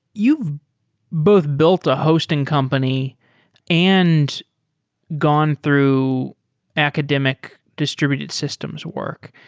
you both built a hosting company and gone through academic distributed systems work.